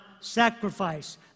sacrifice